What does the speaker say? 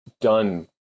done